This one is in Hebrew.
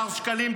מר שקלים,